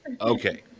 Okay